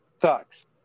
sucks